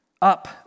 up